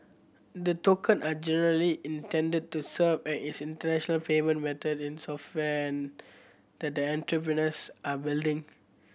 the tokens are generally intended to serve as internal payment method in software that the entrepreneurs are building